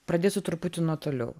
pradėsiu truputį nuo toliau